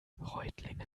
reutlingen